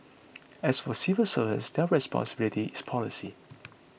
as for civil servants their responsibility is policy